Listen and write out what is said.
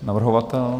Navrhovatel?